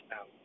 out